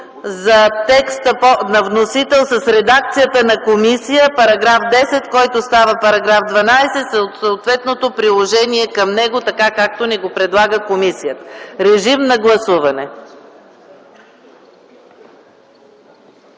за текста на вносителя с редакцията на комисията –§ 10, който става § 12, със съответното приложение към него, така както ни го предлага комисията. Моля, гласувайте.